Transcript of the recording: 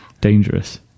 Dangerous